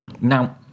Now